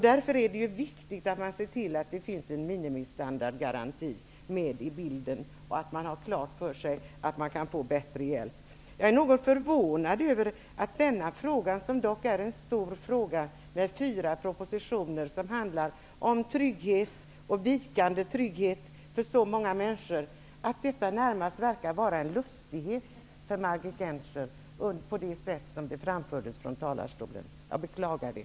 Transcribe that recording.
Därför är det viktigt att se till att det finns en minimistandardgaranti med i bilden och att det går att få mer hjälp. Jag är något förvånad över att denna stora fråga -- behandlad i fyra propositioner -- som gäller frågan om trygghet och vikande trygghet för så många människor, närmast verkar vara en lustighet för Margit Gennser -- i varje fall med tanke på det sätt hon framträdde i talarstolen. Jag beklagar det.